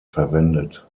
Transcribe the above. verwendet